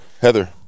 Heather